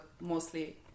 mostly